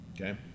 okay